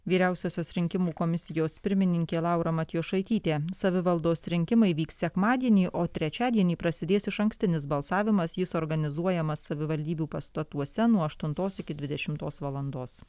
vyriausiosios rinkimų komisijos pirmininkė laura matijošaitytė savivaldos rinkimai vyks sekmadienį o trečiadienį prasidės išankstinis balsavimas jis organizuojamas savivaldybių pastatuose nuo aštuntos iki dvidešimtos valandos